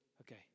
okay